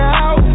out